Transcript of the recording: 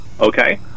Okay